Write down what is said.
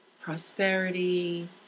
prosperity